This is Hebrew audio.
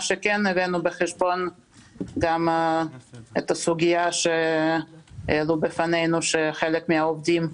הבאנו גם בחשבון את הסוגיה שהעלו בפנינו שחלק מהעובדים,